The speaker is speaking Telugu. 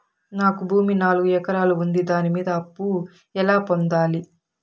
నాకు భూమి నాలుగు ఎకరాలు ఉంది దాని మీద అప్పు ఎలా పొందాలి?